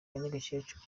nyagakecuru